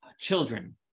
children